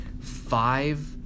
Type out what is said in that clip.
five